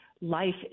life